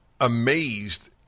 amazed